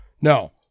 No